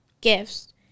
gifts